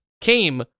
came